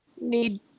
need